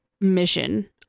mission